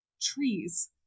trees